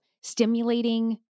stimulating